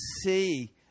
see